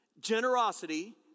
Generosity